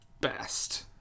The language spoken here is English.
best